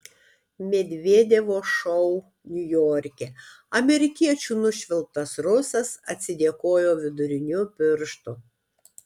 medvedevo šou niujorke amerikiečių nušvilptas rusas atsidėkojo viduriniu pirštu